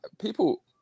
people